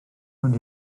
ond